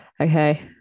Okay